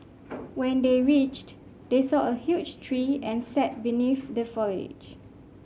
when they reached they saw a huge tree and sat beneath the foliage